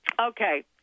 Okay